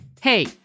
Hey